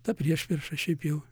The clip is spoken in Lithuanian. ta priešprieša šiaip jau